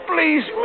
Please